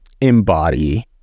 embody